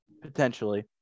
Potentially